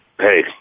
hey